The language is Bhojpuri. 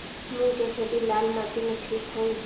मूंग के खेती लाल माटी मे ठिक होई?